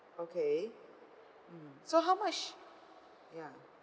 okay mm so how much ya